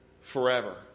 forever